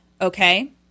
okay